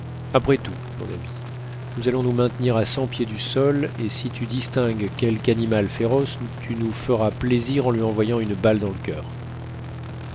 après tout mon ami nous allons nous maintenir à cent pieds du sol et si tu distingues quelque animal féroce tu nous feras plaisir en lui envoyant une balle dans le cur